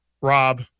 rob